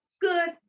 good